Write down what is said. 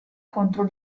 contro